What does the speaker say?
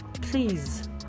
Please